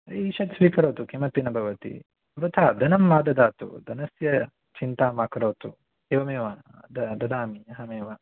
ईषद् स्वीकरोतु किमपि न भवति भवतः धनं मा ददातु धनस्य चिन्तां मा करोतु एवमेव द ददामि अहमेव